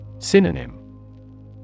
Synonym